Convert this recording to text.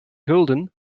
gulden